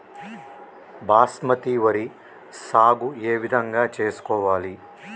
బాస్మతి వరి సాగు ఏ విధంగా చేసుకోవాలి?